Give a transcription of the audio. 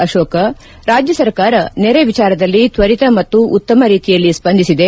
ಅಶೋಕ ರಾಜ್ಯ ಸರ್ಕಾರ ನೆರೆ ವಿಚಾರದಲ್ಲಿ ತ್ವರಿತ ಮತ್ತು ಉತ್ತಮ ರೀತಿಯಲ್ಲಿ ಸ್ಪಂದಿಸಿದೆ